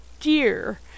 dear